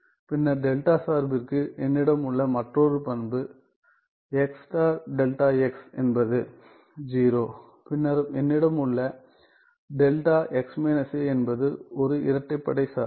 பின்னர் டெல்டா சார்பிற்கு என்னிடம் உள்ள மற்றொரு பண்பு x ∗ δ என்பது 0 பின்னர் என்னிடம் உள்ள δx − a என்பது ஒரு இரட்டைப் படை சார்பு